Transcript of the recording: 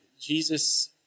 Jesus